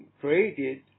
created